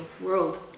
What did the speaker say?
world